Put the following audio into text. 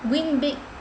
win big